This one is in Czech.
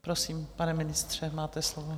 prosím, pane ministře, máte slovo.